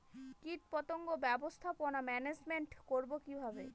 কীটপতঙ্গ ব্যবস্থাপনা ম্যানেজমেন্ট করব কিভাবে?